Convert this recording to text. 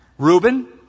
Reuben